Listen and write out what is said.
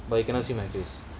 but you cannot see my juice